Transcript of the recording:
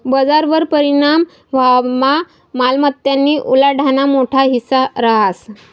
बजारवर परिणाम व्हवामा मालमत्तानी उलाढालना मोठा हिस्सा रहास